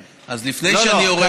לא, לא.